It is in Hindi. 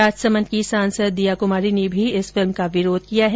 राजसमंद की सांसद दीया कुमारी ने भी इस फिल्म का विरोध किया है